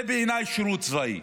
זהו בעיניי שירות צבאי.